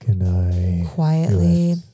quietly